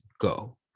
go